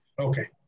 Okay